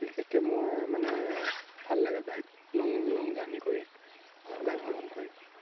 বিশেষকৈ মই মানে ভাল লাগে বাইক লং লং জাৰ্ণি কৰি বাইক ভ্ৰমণ কৰি